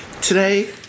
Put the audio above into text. Today